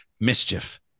mischief